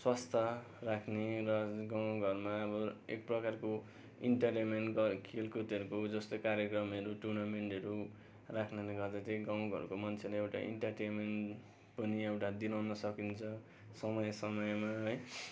स्वास्थ्य राख्ने र गाउँघरमा अब एक प्रकारको इन्टर लेभल खेलकुदहरूको जस्तै कार्यक्रमहरू टुर्नामेन्टहरू राख्नाले गर्दा चाहिँ गाउँघरको मान्छेले एउटा इन्टर्टेनमेन्ट पनि एउटा दिलाउन सकिन्छ समय समयमा है